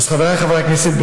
חבריי חברי הכנסת,